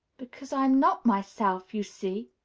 because i'm not myself, you see